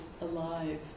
alive